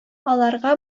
аларга